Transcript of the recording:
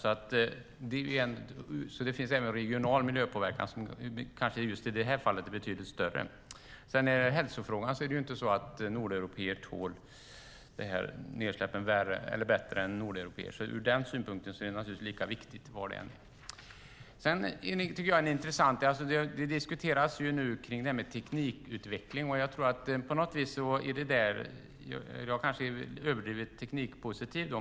Det finns alltså även regional miljöpåverkan som i just detta fall är betydligt större. Beträffande hälsofrågan är det inte så att nordeuropéer tål dessa nedsläpp bättre än andra. Från denna synpunkt är det naturligtvis lika viktigt var det än sker. Nu diskuteras teknikutveckling. Jag kanske är överdrivet teknikpositiv.